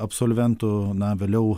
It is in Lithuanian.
absolventų na vėliau